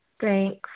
Thanks